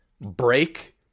break